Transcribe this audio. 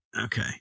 okay